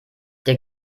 der